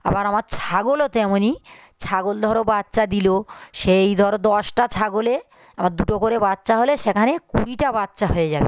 আবার আমার ছাগলও তেমনই ছাগল ধরো বাচ্চা দিলো সেই ধরো দশটা ছাগলে আবার দুটো করে বাচ্চা হলে সেখানে কুড়িটা বাচ্চা হয়ে যাবে